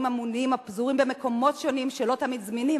אמונים הפזורים במקומות שונים שלא תמיד זמינים.